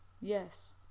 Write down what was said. Yes